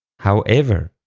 however,